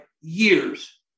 years